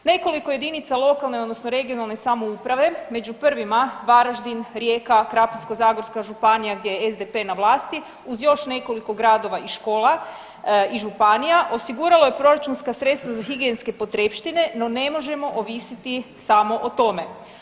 Nekoliko jedinica lokalne samouprave među prvima Varaždin, Rijeka, Krapinsko-zagorska županija gdje je SDP na vlasti uz još nekoliko gradova i škola i županija osiguralo je proračunska sredstva za higijenske potrepštine no ne možemo ovisiti samo o tome.